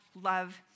love